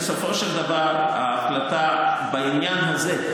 בסופו של דבר ההחלטה בעניין הזה,